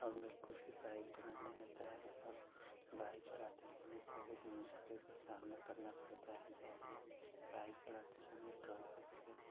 हम लोग को भी बाइक चलाने आता है और बाइक चलाते समय बहुत मुश्किलों का सामना करना पड़ता है जैसे बाइक चलाते समय ट्रक वग़ैरह